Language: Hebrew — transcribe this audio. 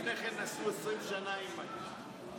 לפני כן עשו 20 שנה עם מדים.